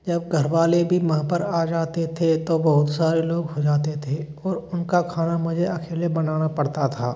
जब घर वाले भी वहाँ पर आ जाते थे तो बहुत सारे लोग हो जाते थे और उनका खाना मुझे अकेले बनाना पड़ता था